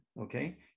Okay